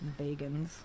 vegans